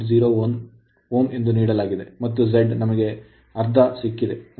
01 Ω ನೀಡಲಾಗುತ್ತದೆ ಮತ್ತು Z ನಮಗೆ ಅರ್ಧ Ω ಸಿಕ್ಕಿದೆ